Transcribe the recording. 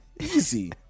easy